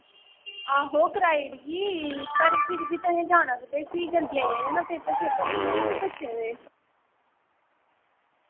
आहो कराई उड़गी पर फिर बी तुसें जाना कुत्थे फ्ही जल्दी आई जायो ना पेपर शेपर बी हैन नी बच्चें दे